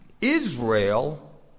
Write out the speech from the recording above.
Israel